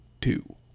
Two